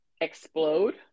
explode